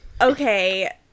Okay